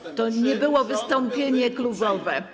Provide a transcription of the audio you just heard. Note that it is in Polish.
To nie było wystąpienie klubowe.